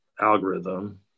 algorithm